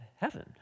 heaven